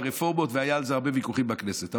והיו על זה הרבה ויכוחים בכנסת,